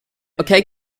okay